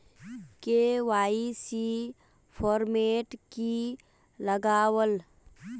KYC format की लगावल?